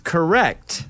Correct